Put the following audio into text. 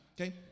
okay